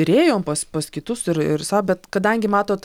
ir ėjom pas pas kitus ir ir sa bet kadangi matot